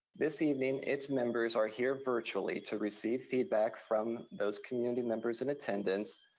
this evening, its members are here virtually to receive feedback from those community members in attendance,